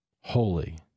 holy